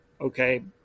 Okay